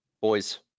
Boys